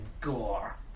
gore